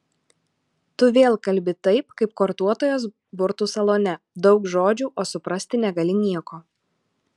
tu vėl kalbi taip kaip kortuotojos burtų salone daug žodžių o suprasti negali nieko